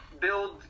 build